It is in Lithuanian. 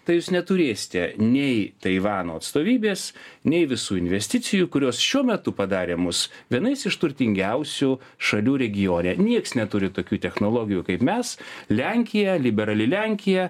tai jūs neturėsite nei taivano atstovybės nei visų investicijų kurios šiuo metu padarė mus vienais iš turtingiausių šalių regione nieks neturi tokių technologijų kaip mes lenkija liberali lenkija